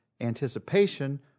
anticipation